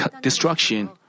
destruction